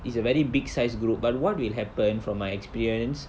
it's a very big size group but what will happen from my experience